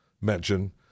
mention